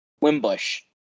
Wimbush